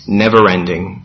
never-ending